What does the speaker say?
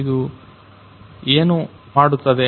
ಇದು ಏನು ಮಾಡುತ್ತದೆ